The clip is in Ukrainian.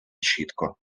чітко